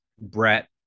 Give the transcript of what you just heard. Brett